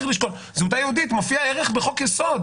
זהותה היהודית מופיעה כערך בחוק יסוד.